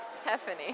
Stephanie